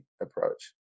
approach